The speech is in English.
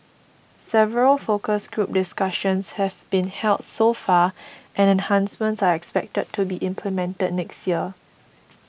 several focus group discussions have been held so far and enhancements are expected to be implemented next year